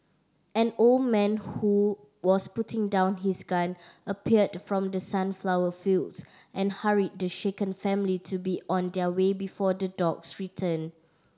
an old man who was putting down his gun appeared from the sunflower fields and hurried the shaken family to be on their way before the dogs return